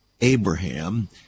Abraham